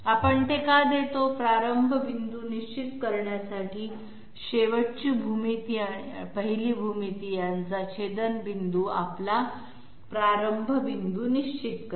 आपण ते का देतो प्रारंभ पॉईंट निश्चित करण्यासाठी शेवटची भूमिती आणि पहिली भूमिती यांचा छेदनपॉईंट आपला प्रारंभ पॉईंट निश्चित करेल